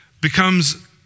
becomes